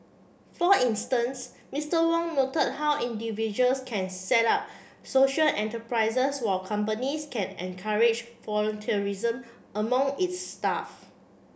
for instance Mister Wong noted how individuals can set up social enterprises while companies can encourage volunteerism among its staff